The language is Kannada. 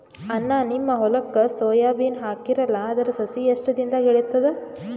ಅಣ್ಣಾ, ನಿಮ್ಮ ಹೊಲಕ್ಕ ಸೋಯ ಬೀನ ಹಾಕೀರಲಾ, ಅದರ ಸಸಿ ಎಷ್ಟ ದಿಂದಾಗ ಏಳತದ?